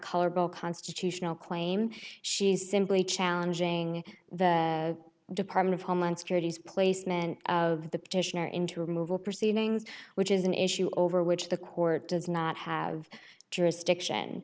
color ball constitutional claim she's simply challenging the department of homeland security's placement of the petitioner into removal proceedings which is an issue over which the court does not have jurisdiction